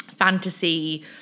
Fantasy